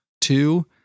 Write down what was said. Two